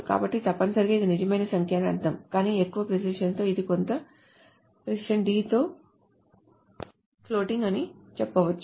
కాబట్టి తప్పనిసరిగా ఇది నిజమైన సంఖ్య అని అర్థం కానీ ఎక్కువ ప్రెసిషన్ తో ఇది కొంత ప్రెసిషన్ d తో ఫ్లోటింగ్ అని మీరు చెప్పవచ్చు